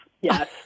yes